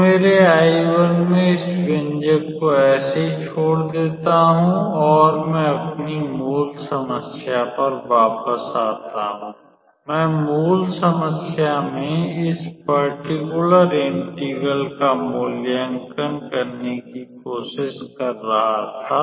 तो मेरे I1 मैं इस व्यंजक को ऐसे ही छोड़ देता हूं और मैं अपनी मूल समस्या पर वापस आता हूं मै मूल समस्या मैं इस परटिक्युलर इंटेग्रल का मूल्यांकन करने की कोशिश कर रहा था